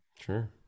Sure